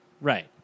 Right